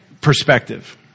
perspective